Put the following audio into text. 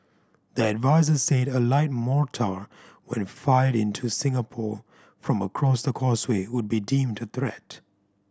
the adviser said a light mortar when fired into Singapore from across the causeway would be deemed a threat